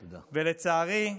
ולצערי,